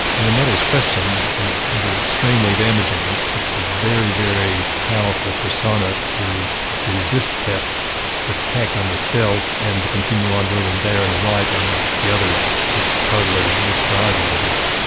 and when that is questioned, it can be extremely damaging and it takes a very, very powerful persona to resist that attack on the self and to continue on believing they are in the right and the others are just totally misguided, whatever.